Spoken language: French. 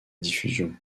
diffusion